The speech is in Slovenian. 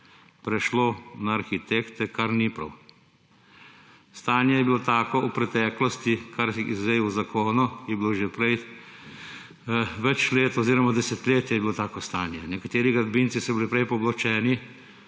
prešlo na arhitekte, kar ni prav. Stanje je bilo tako v preteklosti, kar je zdaj v zakonu, je bilo prej že več let oziroma desetletje je bilo tako stanje. Nekateri gradbinci so bili prej pooblaščeni,